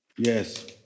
Yes